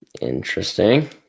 Interesting